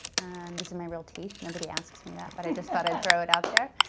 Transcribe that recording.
these are my real teeth. nobody asks me that but i just thought i'd throw it out there.